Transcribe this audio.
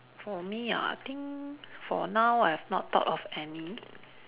for me ah I think for now I have not thought of any